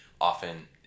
Often